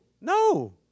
no